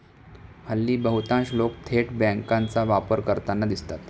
हल्ली बहुतांश लोक थेट बँकांचा वापर करताना दिसतात